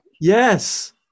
yes